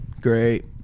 great